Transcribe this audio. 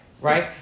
Right